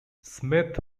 smith